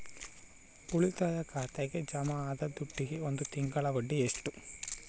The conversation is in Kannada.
ಉಳಿತಾಯ ಖಾತೆಗೆ ಜಮಾ ಆದ ದುಡ್ಡಿಗೆ ಒಂದು ತಿಂಗಳ ಬಡ್ಡಿ ಎಷ್ಟು?